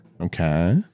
Okay